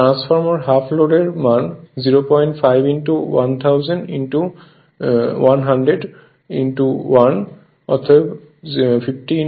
transfer half load এর মান 05 100 1000 1 অতএব 50 10³ ওয়াট